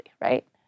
right